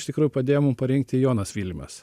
iš tikrųjų padėjo mum parinkti jonas vilimas